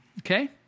Okay